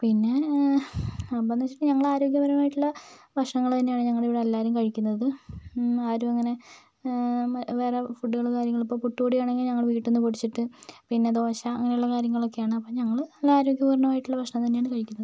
പിന്നെ അപ്പൊന്ന് വെച്ചിട്ടുണ്ടെങ്കില് ഞങ്ങൾ ആരോഗ്യപരമായിട്ടുള്ള ഭക്ഷണങ്ങൾ തന്നെയാണ് ഞങ്ങൾ ഇവിടെ എല്ലാവരും കഴിക്കുന്നത് ആരും അങ്ങനെ വേറെ ഫുഡുകളും കാര്യങ്ങളൊന്നും ഇപ്പോൾ പുട്ടുപൊടിയാണെങ്കിൽ ഞങ്ങൾ വീട്ടിൽ നിന്ന് പൊടിച്ചിട്ട് പിന്നെ ദോശ അങ്ങനെയുള്ള കാര്യങ്ങളൊക്കെയാണ് അപ്പോൾ ഞങ്ങൾ നല്ല ആരോഗ്യപൂർണമായ ഭക്ഷണം തന്നെയാണ് കഴിക്കുന്നത്